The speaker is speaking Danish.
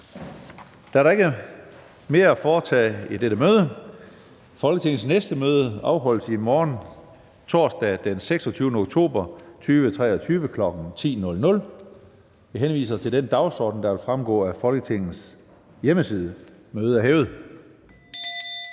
Der er ikke mere at foretage i dette møde. Folketingets næste møde afholdes i morgen, torsdag den 26. oktober 2023, kl. 10.00. Jeg henviser til den dagsorden, der fremgår af Folketingets hjemmeside. Mødet er hævet.